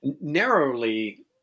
narrowly